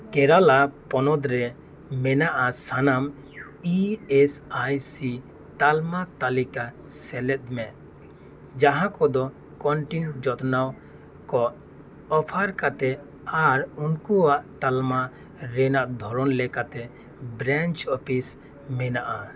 ᱠᱮᱨᱟᱞᱟ ᱯᱚᱱᱚᱛ ᱨᱮ ᱢᱮᱱᱟᱜ ᱥᱟᱱᱟᱢ ᱤ ᱮᱥ ᱟᱭ ᱥᱤ ᱛᱟᱞᱢᱟ ᱛᱟᱞᱤᱠᱟ ᱥᱮᱞᱮᱫ ᱢᱮ ᱡᱟᱸᱦᱟ ᱠᱚᱫᱚ ᱠᱚᱱᱴᱤᱱ ᱡᱚᱛᱱᱟᱣ ᱠᱚ ᱚᱯᱷᱟᱨ ᱠᱟᱛᱮ ᱟᱨ ᱩᱱᱠᱩᱣᱟᱜ ᱛᱟᱞᱢᱟ ᱨᱮᱱᱟᱜ ᱫᱷᱚᱨᱚᱱ ᱞᱮᱠᱟᱛᱮ ᱵᱨᱟᱧᱪ ᱚᱯᱷᱤᱥ ᱢᱮᱱᱟᱜᱼᱟ